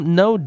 no